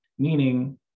meaning